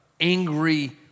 angry